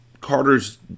Carter's